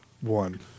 one